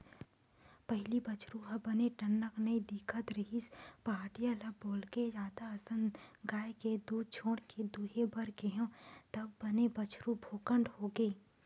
पहिली बछरु ह बने टनक नइ दिखत रिहिस पहाटिया ल बोलके जादा असन गाय के दूद छोड़ के दूहे बर केहेंव तब बने बछरु भोकंड होगे